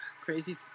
Crazy